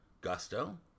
Gusto